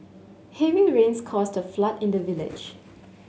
heavy rains caused a flood in the village